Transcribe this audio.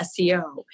SEO